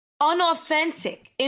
unauthentic